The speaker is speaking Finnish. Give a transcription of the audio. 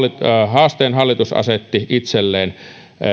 haasteen hallitus asetti itselleen